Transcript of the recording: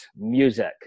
music